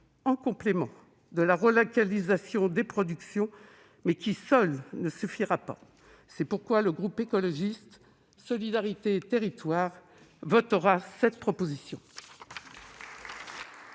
en complément de la relocalisation des productions qui, seule, ne suffira pas. C'est pourquoi le groupe Écologiste - Solidarité et Territoires votera cette proposition